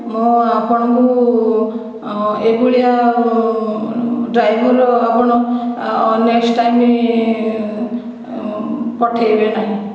ମୁଁ ଅପଣଙ୍କୁ ଏଇଭଳିଆ ଡ୍ରାଇଭର ଆପଣ ନେକ୍ସଟ ଟାଇମ ପଠାଇବେ ନାହିଁ